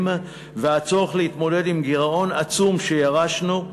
והצורך להתמודד עם גירעון עצום שירשנו,